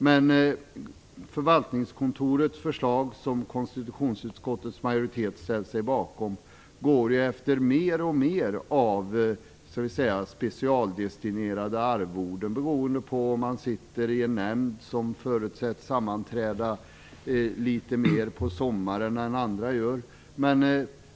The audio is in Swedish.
Men förvaltningskontorets förslag, som majoriteten i konstitutionsutskottet ställer sig bakom, leder över till alltmer av det som kan kallas för specialdestinerade arvoden, beroende på om man sitter i en nämnd som förutsätts sammanträda litet mer på sommaren än andra.